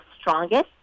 strongest